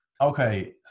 okay